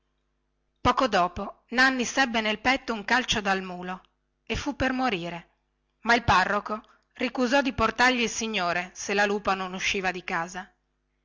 poco dopo nanni sebbe nel petto un calcio dal mulo e fu per morire ma il parroco ricusò di portargli il signore se la lupa non usciva di casa